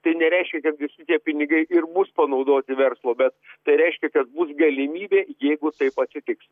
tai nereiškia kad visi tie pinigai ir bus panaudoti verslo bet tai reiškia kad bus galimybė jeigu taip atsitiks